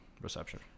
reception